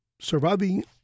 surviving